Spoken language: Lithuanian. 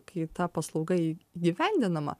kai ta paslauga įgyvendinama